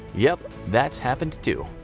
yup, that's happened too.